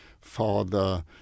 Father